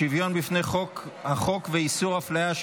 שוויון בפני חוק החוק ואיסור הפליה),